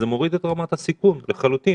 זה מוריד את רמת הסיכון לחלוטין.